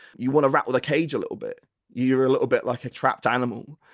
you want to rattle the cage a little bit you're a little bit like a trapped animal.